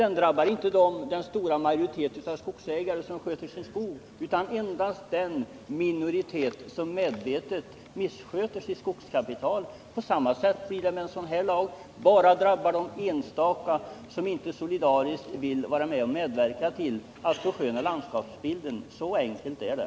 Den drabbar inte den stora Onsdagen den majoritet av skogsägare som sköter sin skog utan endast den minoritet som 21 november 1979 medvetet missköter sitt skogskapital. På samma sätt blir det med en sådan här lag — den drabbar bara de enstaka som inte solidariskt vill vara med och Miljöskyddsutredmedverka till att försköna landskapsbilden. Så enkelt är det.